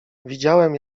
widziałem